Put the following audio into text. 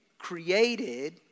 created